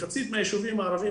מחצית מהיישובים הערבים,